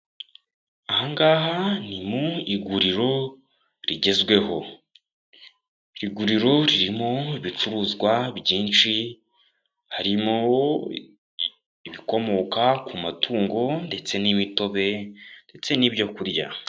Aha ngaha ni mu iguriro rigezweho, iguriro ririmo bicuruzwa byinshi, harimo ibikomoka ku matungo ndetse n'imitobe ndetse n'ibyo kurya.